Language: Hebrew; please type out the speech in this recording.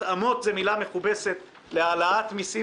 התאמות זאת מילה מכובסת להעלאת מיסים